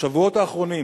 בשבועות האחרונים